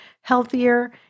healthier